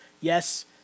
yes